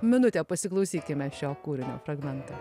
minutę pasiklausykime šio kūrinio fragmento